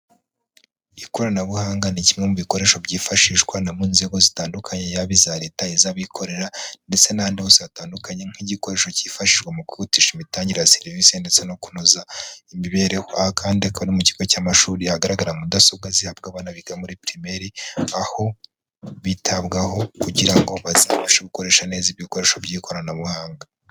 Ikoranabuhanga ni kimwe mu bikoresho byifashishwa no mu nzego zitandukanye yaba iza leta, iz'abikorera ndetse n'ahandi hose hatandukanye nk'igikoresho cyifashishwa mu kwihutisha imitangire ya serivisi ndetse no kunoza imibereho. Aha kandi akaba ari mu kigo cy'amashuri ahagaragara mudasobwa zihabwa abana biga muri primaire, aho bitabwaho kugira ngo bazabashe gukoresha neza ibikoresho by'ikoranabuhanga.